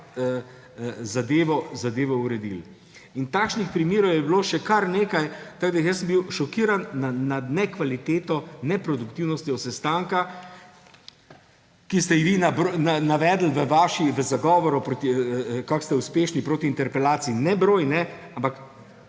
zadevo uredilo. In takšnih primerov je bilo še kar nekaj. Jaz sem bil šokiran nad nekvaliteto, neproduktivnostjo sestanka, ki ste jih vi navedli v vašem zagovoru, kako ste uspešni proti interpelaciji, nebroj, ampak